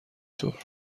طور